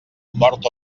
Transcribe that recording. mort